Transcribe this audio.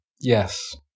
Yes